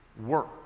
work